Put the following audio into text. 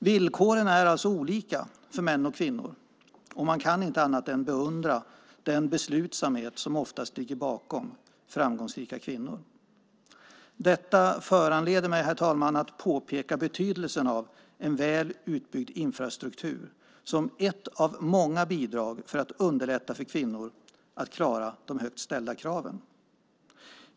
Villkoren är alltså olika för män och kvinnor, och man kan inte annat än att beundra den beslutsamhet som oftast ligger bakom framgångsrika kvinnor. Detta föranleder mig, herr talman, att påpeka betydelsen av en väl utbyggd infrastruktur som ett av många bidrag för att underlätta för kvinnor att klara de högt ställda kraven.